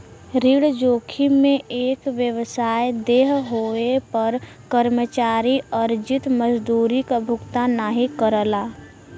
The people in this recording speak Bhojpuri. ऋण जोखिम में एक व्यवसाय देय होये पर कर्मचारी अर्जित मजदूरी क भुगतान नाहीं करला